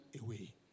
away